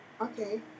Okay